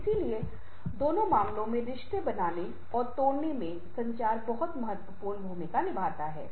इसलिए दोनों मामलों में रिश्ते बनाने और तोड़ने मे संचार बहुत महत्वपूर्ण भूमिका निभा रहा है